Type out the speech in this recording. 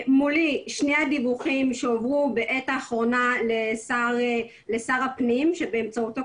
מולי שני הדיווחים שהועברו בעת האחרונה לשר הפנים שבאמצעותו,